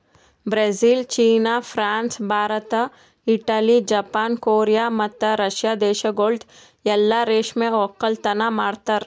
Brazil, China, France, Bharat, Italy, Japan, Korea ಮತ್ತ Russia ದೇಶಗೊಳ್ದಾಗ್ ಎಲ್ಲಾ ರೇಷ್ಮೆ ಒಕ್ಕಲತನ ಮಾಡ್ತಾರ